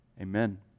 Amen